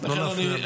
לא להפריע לו.